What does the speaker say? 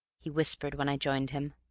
he whispered, when i joined him.